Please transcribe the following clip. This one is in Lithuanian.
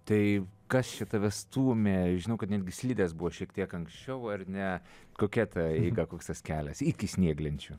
tai kas čia tave stūmė žinau kad netgi slidės buvo šiek tiek anksčiau ar ne kokia ta eiga koks tas kelias iki snieglenčių